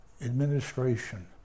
administration